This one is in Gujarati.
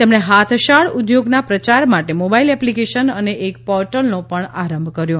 તેમણે હાથશાળ ઉદ્યોગના પ્રચાર માટે મોબાઇલ એપ્લિકેશન અને એક પોર્ટલનો પણ આરંભ કર્યો